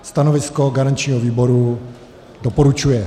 Stanovisko garančního výboru: doporučuje.